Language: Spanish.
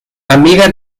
amiga